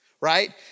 right